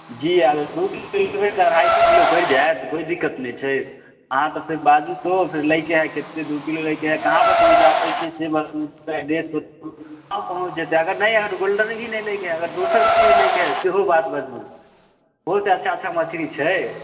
जे आबै दू किलो लेबै तऽ अढ़ाइ सए किलो पड़ि जायत कोइ दिक्कत नहि छै आहाँ तऽ फेर बाजू तऽ फेर लैके हय कत्ते दू किलो लैके हय कहाँपर पहुँचाबै छै से एड्रेस दिऔ पहुँच जेतै अगर नहि एहन गोल्डन ही नहि लैके हय कोनो दोसर चीज लैके हय सेहो बात बढ़िआँ ओहोसँ अच्छा अच्छा मछरी छै